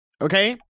okay